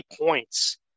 points